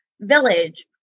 village